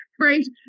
right